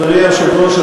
אדוני היושב-ראש,